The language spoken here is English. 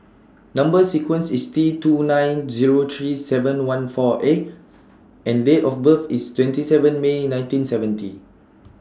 Number sequence IS T two nine Zero three seven one four A and Date of birth IS twenty seven May nineteen seventy